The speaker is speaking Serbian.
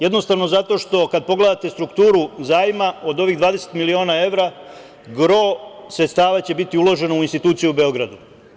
Jednostavno zato što kada pogledate strukturu zajma, od ovih 20 miliona evra, gro sredstava će biti uloženo u institucije u Beogradu.